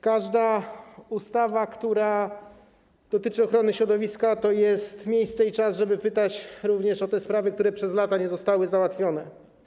Każda ustawa, która dotyczy ochrony środowiska, to jest miejsce i czas, żeby pytać również o te sprawy, które przez lata nie zostały załatwione.